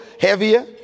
heavier